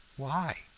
why?